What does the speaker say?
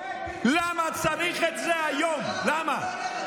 למה צריך את זה היום, למה?